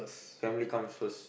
family comes first